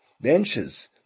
benches